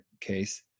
case